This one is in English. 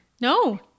No